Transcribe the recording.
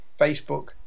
Facebook